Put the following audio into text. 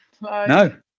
No